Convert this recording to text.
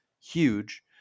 huge